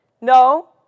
No